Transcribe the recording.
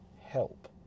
help